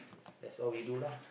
that's all we do lah